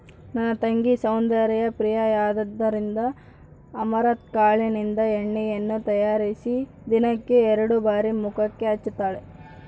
ನನ್ನ ತಂಗಿ ಸೌಂದರ್ಯ ಪ್ರಿಯೆಯಾದ್ದರಿಂದ ಅಮರಂತ್ ಕಾಳಿನಿಂದ ಎಣ್ಣೆಯನ್ನು ತಯಾರಿಸಿ ದಿನಕ್ಕೆ ಎರಡು ಬಾರಿ ಮುಖಕ್ಕೆ ಹಚ್ಚುತ್ತಾಳೆ